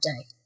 day